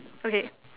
okay